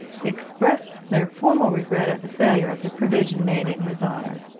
expressed their formal regret at the failure of the provision made in his honour.